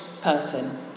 person